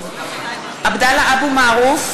(קוראת בשמות חברי הכנסת) עבדאללה אבו מערוף,